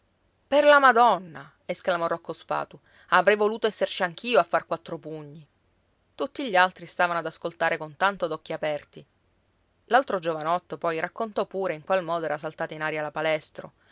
per la madonna esclamò rocco spatu avrei voluto esserci anch'io a far quattro pugni tutti gli altri stavano ad ascoltare con tanto d'occhi aperti l'altro giovanotto poi raccontò pure in qual modo era saltata in aria la palestro